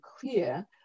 clear